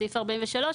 בסעיף 43,